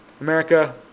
America